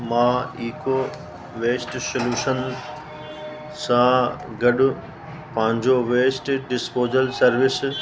मां eco waste solution सां गॾु पंहिंजो वेस्ट डिसपोज़ल सर्विस